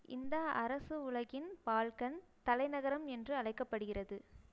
இந்த அரசு உலகின் பால்கன் தலைநகரம் என்று அழைக்கப்படுகிறது